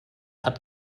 hat